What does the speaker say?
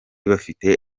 bafite